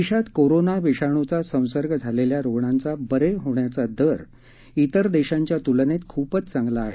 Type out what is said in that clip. देशात कोरोना विषाणूचा संसर्ग झालेल्या रुग्णांचा बरे होण्याचा दर तिर देशांच्या तुलनेत खूपच चांगला आहे